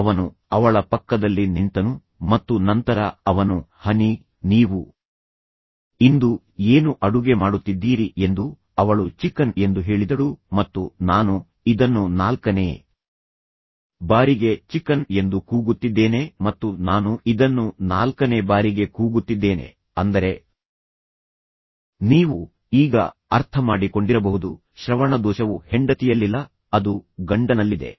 ಅವನು ಅವಳ ಪಕ್ಕದಲ್ಲಿ ನಿಂತನು ಮತ್ತು ನಂತರ ಅವನು ಹನಿ ನೀವು ಇಂದು ಏನು ಅಡುಗೆ ಮಾಡುತ್ತಿದ್ದೀರಿ ಎಂದು ಅವಳು ಚಿಕನ್ ಎಂದು ಹೇಳಿದಳು ಮತ್ತು ನಾನು ಇದನ್ನು ನಾಲ್ಕನೇ ಬಾರಿಗೆ ಚಿಕನ್ ಎಂದು ಕೂಗುತ್ತಿದ್ದೇನೆ ಮತ್ತು ನಾನು ಇದನ್ನು ನಾಲ್ಕನೇ ಬಾರಿಗೆ ಕೂಗುತ್ತಿದ್ದೇನೆ ಅಂದರೆ ನೀವು ಈಗ ಅರ್ಥಮಾಡಿಕೊಂಡಿರಬಹುದು ಶ್ರವಣದೋಷವು ಹೆಂಡತಿಯಲ್ಲಿಲ್ಲ ಅದು ಗಂಡನಲ್ಲಿದೆ